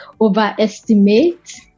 overestimate